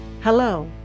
Hello